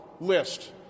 list